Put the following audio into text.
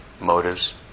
motives